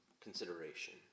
consideration